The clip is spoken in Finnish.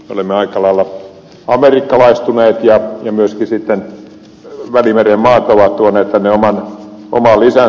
olemme aika lailla amerikkalaistuneet ja myöskin välimeren maat ovat tuoneet tänne oman lisänsä